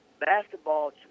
Basketball